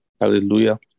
Hallelujah